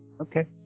Okay